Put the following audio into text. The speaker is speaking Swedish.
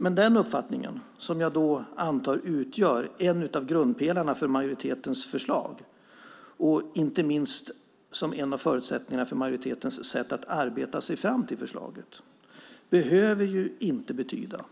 Men den uppfattningen, som jag då antar utgör en av grundpelarna för majoritetens förslag och inte minst en av förutsättningarna för majoritetens sätt att arbeta sig fram till förslaget, behöver ju inte betyda